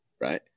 Right